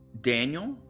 Daniel